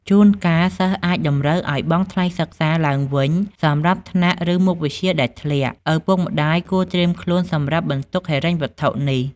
ជួនកាល សិស្សអាចតម្រូវឲ្យបង់ថ្លៃសិក្សាឡើងវិញសម្រាប់ថ្នាក់ ឬមុខវិជ្ជាដែលធ្លាក់ ឪពុកម្តាយគួរត្រៀមខ្លួនសម្រាប់បន្ទុកហិរញ្ញវត្ថុនេះ។